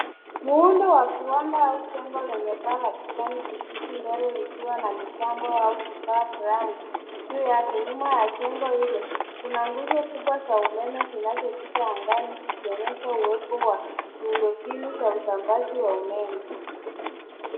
Muundo wa viwanda au jengo lenye paa la kijani kibichi, mbele likiwa na mitambo au vifaa fulani ju yake. Nyuma ya jengo hilo, kuna nguvu kubwa za umeme zinazopita angani, zikionyesha uwepo wa miundo mbinu za usambazi wa umeme.